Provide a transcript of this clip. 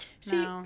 See